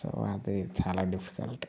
so అది చాలా difficult